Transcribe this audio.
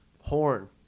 Horn